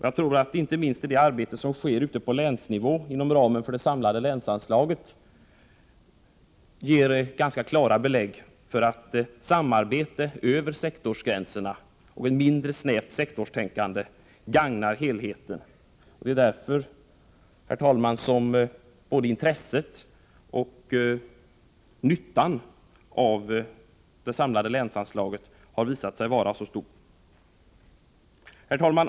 Jag tror att inte minst det arbete som sker ute på länsnivå inom ramen för det samlade länsanslaget ger ganska klara belägg för att samarbete över sektorsgränserna och ett mindre snävt sektorstänkande gagnar helheten. Det är därför, herr talman, som både intresset för och nyttan av det samlade länsanslaget har visat sig så stort. Herr talman!